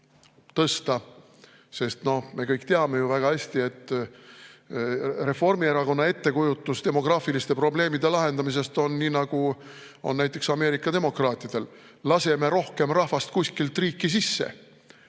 tõsta. Me kõik teame ju väga hästi, et Reformierakonna ettekujutus demograafiliste probleemide lahendamisest on selline, nagu on näiteks Ameerika demokraatidel: laseme rohkem rahvast kuskilt riiki sisse,